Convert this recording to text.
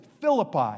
Philippi